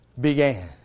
began